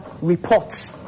reports